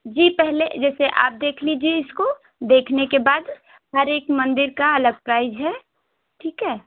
जी पहले जैसे आप देख लीजिए इसको देखने बाद हर एक मंदिर का अलग प्राइज है ठीक है